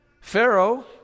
Pharaoh